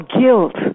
guilt